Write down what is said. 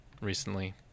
recently